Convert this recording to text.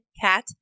Cat